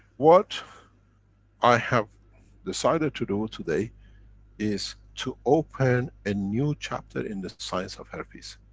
what i have decided to do today is to open a new chapter in the science of herpes.